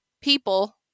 people